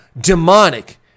demonic